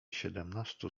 siedemnastu